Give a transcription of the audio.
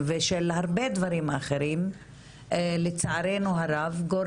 לרשום בפנינו וזה יעבור הלאה ששלושת לשכות הרווחה